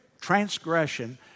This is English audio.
transgression